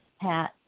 Pat